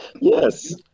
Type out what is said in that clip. Yes